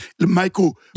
Michael